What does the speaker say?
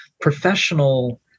professional